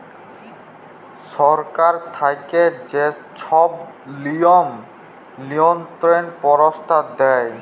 সরকার থ্যাইকে যে ছব লিয়ম লিয়ল্ত্রলের পরস্তাব দেয়